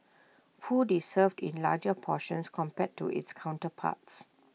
food is served in larger portions compared to its counterparts